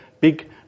big